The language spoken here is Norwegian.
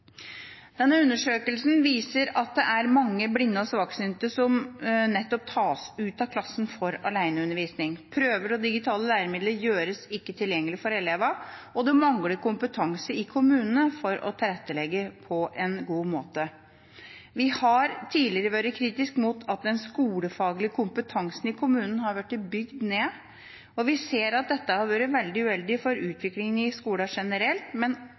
Denne undersøkelsen viser at det er mange blinde og svaksynte som nettopp tas ut av klassen for aleneundervisning. Prøver og digitale læremidler gjøres ikke tilgjengelig for elevene, og en mangler kompetanse i kommunene for å tilrettelegge på en god måte. Vi har tidligere vært kritiske til at den skolefaglige kompetansen i kommunen har blitt bygd ned. Vi ser at dette har vært veldig uheldig for utviklingen i skolen generelt, men